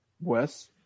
Wes